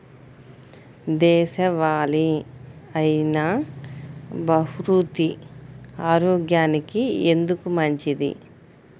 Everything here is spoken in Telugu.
దేశవాలి అయినా బహ్రూతి ఆరోగ్యానికి ఎందుకు మంచిది?